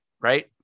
right